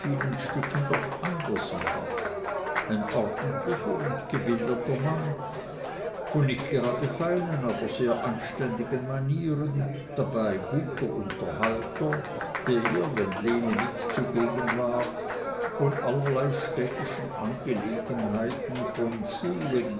stücken doch anders war ein ordentlicher und gebildeter mann von nicht gerade feinen aber sehr anständigen manieren dabei guter unterhalter der wenn lene mit zugegen war von allerlei städtischen angelegenheiten von schulen